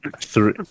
Three